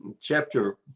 chapter